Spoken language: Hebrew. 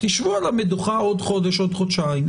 שבו על המדוכה עוד חודש, עוד חודשיים.